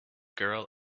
girl